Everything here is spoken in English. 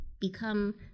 become